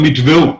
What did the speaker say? הם יטבעו.